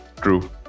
True